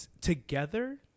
together